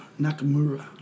Nakamura